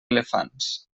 elefants